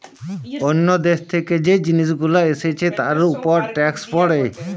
অন্য দেশ থেকে যে জিনিস গুলো এসছে তার উপর ট্যাক্স পড়ে